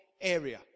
area